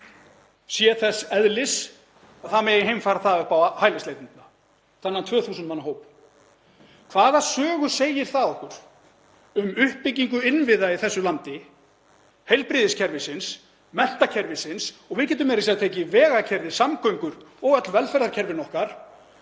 sé þess eðlis að það megi heimfæra það upp á hælisleitendur, þennan 2.000 manna hóp. Hvaða sögu segir það okkur um uppbyggingu innviða í þessu landi, heilbrigðiskerfisins, menntakerfisins, og við getum meira að segja tekið vegakerfið, samgöngur og öll velferðarkerfin okkar,